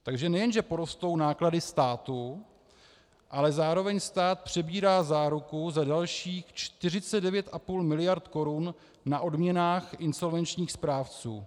Takže nejenže porostou náklady státu, ale zároveň stát přebírá záruku za dalších 49,5 mld. Kč na odměnách insolvenčních správců.